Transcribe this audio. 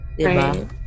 right